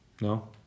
No